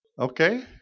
Okay